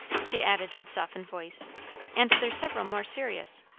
she added with softened voice and there's several more serious.